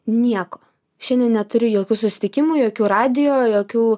nieko šiandien neturiu jokių susitikimų jokių radijo jokių